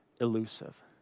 elusive